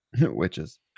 Witches